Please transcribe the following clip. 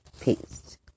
Peace